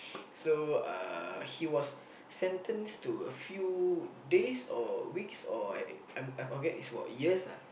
so uh he was sentenced to a few days or weeks or I'm I I forget it's about years ah